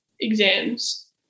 exams